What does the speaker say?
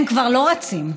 הם כבר לא רצים,